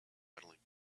medaling